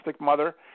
mother